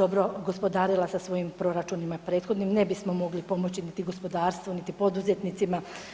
dobro gospodarila sa svojim proračunima prethodnim ne bismo mogli pomoći niti gospodarstvu, niti poduzetnicima.